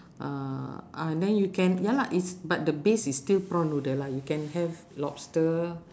uh ah then you can ya lah it's but the base is still prawn noodle lah you can have lobster